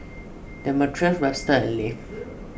Demetrius Webster and Leif